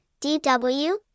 DW